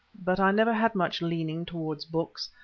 but i never had much leaning towards books,